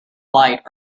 light